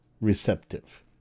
receptive